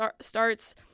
starts